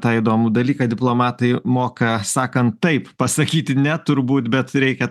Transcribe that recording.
tą įdomų dalyką diplomatai moka sakant taip pasakyti ne turbūt bet reikia